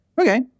okay